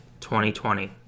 2020